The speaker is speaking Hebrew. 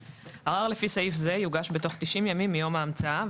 (ב)ערר לפי סעיף זה יוגש בתוך 90 ימים מיום ההמצאה,